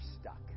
stuck